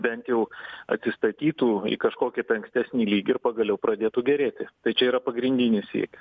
bent jau atsistatytų į kažkokį tai ankstesnį lygį ir pagaliau pradėtų gerėti tačiau yra pagrindinis siekis